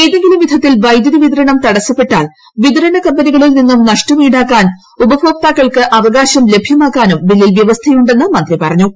ഏതെങ്കിലും വിധത്തിൽ ഏപ്പെട്ടുതി വിതരണം തടസ്സപ്പെട്ടാൽ വിതരണ കമ്പനികളിൽ നിന്നും നഷ്ടം ഇൌടാക്കാൻ ഉപഭോക്താക്കൾക്ക് അവകാശം ലഭ്യമാക്കാനും ബില്ലിൽ വ്യവസ്ഥയു ന്ന് മന്ത്രി പറഞ്ഞു